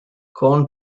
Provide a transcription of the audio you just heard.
corn